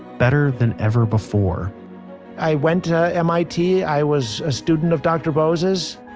better than ever before i went to mit. i was a student of dr. bose's.